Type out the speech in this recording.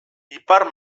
ipar